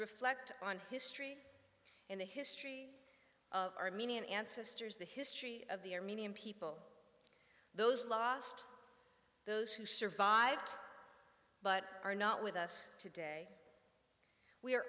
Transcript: reflect on history in the history of armenian ancestors the history of the armenian people those lost those who survived but are not with us today we